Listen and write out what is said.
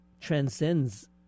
transcends